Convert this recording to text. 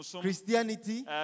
Christianity